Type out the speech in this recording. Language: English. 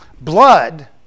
Blood